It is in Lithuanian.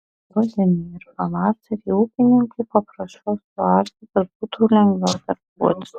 rudenį ir pavasarį ūkininkų paprašau suarti kad būtų lengviau darbuotis